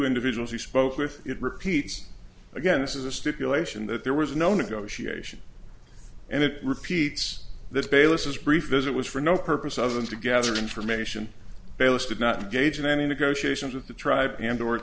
individuals he spoke with it repeats again this is a stipulation that there was no negotiation and it repeats that bayless is brief visit was for no purpose other than to gather information bayliss did not gauge in any negotiations of the tribe and or